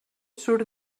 surt